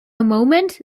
moment